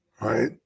right